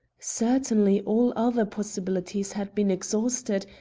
certainly, all other possibilities had been exhausted,